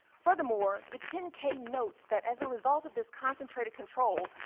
furthermore, the ten k notes that as a result of this concentrated control,